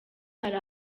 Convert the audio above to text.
bari